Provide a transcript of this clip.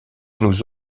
nous